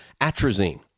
atrazine